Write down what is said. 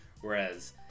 Whereas